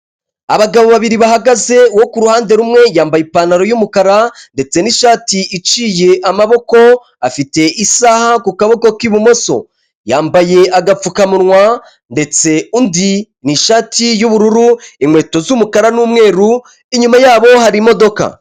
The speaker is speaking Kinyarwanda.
Abagabo babiri bahagaze uwo kuhande rumwe yambaye ipantaro y'umukara ndetse n'ishati iciye amaboko, afite isaha ku kaboko k'ibumoso. Yambaye agapfukamunwa ndetse undi ni ishati y'ubururu, inkweto z'umukara n'umweru, inyuma yabo hari imodoka.